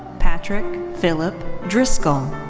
patrick philip driscoll.